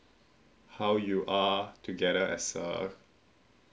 how you are together as a